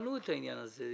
- שתבחנו את העניין הזה.